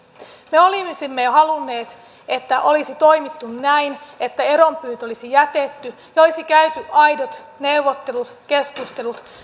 me olisimme halunneet että olisi toimittu näin että eronpyyntö olisi jätetty ja olisi käyty aidot neuvottelut keskustelut